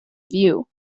view